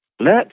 let